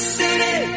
city